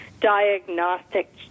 diagnostic